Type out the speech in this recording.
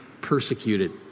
persecuted